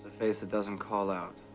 face that doesn't call out,